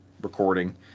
recording